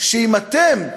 שאם אתם,